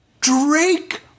Drake